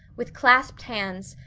with clasped hands,